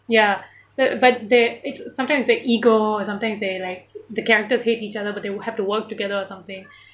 ya that but they it's sometimes it's like ego or sometimes they like the characters hate each other but they have to work together or something